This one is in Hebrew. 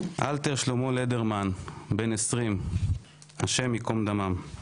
אלתר שלמה לנדרמן בן 20. השם ייקום דמם.